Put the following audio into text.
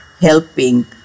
helping